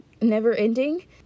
never-ending